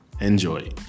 Enjoy